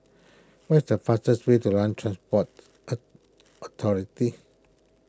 find the fastest way to Land Transport a Authority